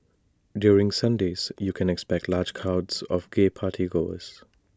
during Sundays you can expect large crowds of gay party goers